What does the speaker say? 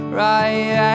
right